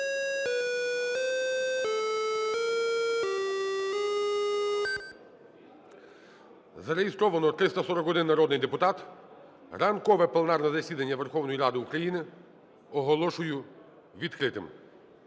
Зареєстровано 341 народний депутат. Ранкове пленарне засідання Верховної Ради України оголошую відкритим.